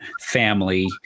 family